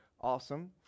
awesome